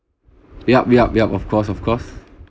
yup yup yup of course of course